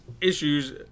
issues